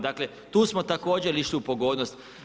Dakle, tu smo također išli u pogodnost.